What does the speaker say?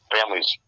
families